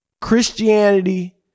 Christianity